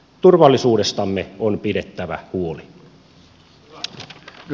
turvallisuudestamme on pidettävä huoli